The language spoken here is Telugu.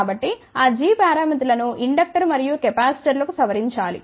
కాబట్టి ఆ g పారామితులను ఇండక్టరు మరియు కెపాసిటర్ల కు సవరించాలి